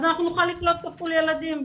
אז אנחנו נוכל לקלוט כפול ילדים.